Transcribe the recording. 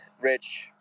Rich